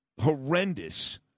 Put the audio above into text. horrendous